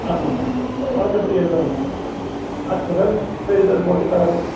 ஆமாங்க வழக்கப்படி எழுதுகிற மாதிரி தான் அனுப்புதல் பெறுதல் போட்டு தலைமை